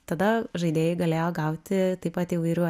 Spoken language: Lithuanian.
tada žaidėjai galėjo gauti taip pat įvairių